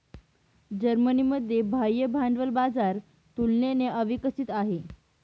जर्मनीमध्ये बाह्य भांडवल बाजार तुलनेने अविकसित आहे